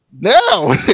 Now